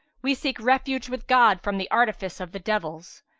we seek refuge with god from the artifice of the devils.